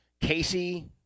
Casey